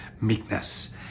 meekness